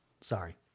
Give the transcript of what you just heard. Sorry